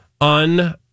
un-